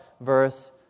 verse